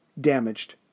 damaged